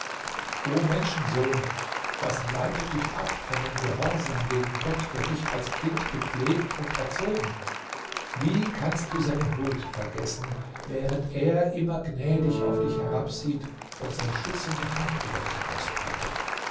o menschensohn was leitet dich ab von dem gehorsam gegen gott der dich als kind gepflegt und erzogen wie kannst du seine huld vergessen während er immer gnädig auf dich herabsieht und seine schützende hand über dich ausbreitet